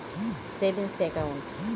এক রকমের একাউন্ট অনেক ব্যাঙ্কে পাবো